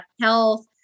health